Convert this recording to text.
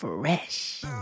Fresh